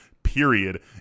Period